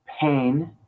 pain